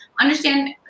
understand